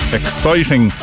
exciting